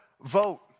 Vote